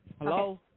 Hello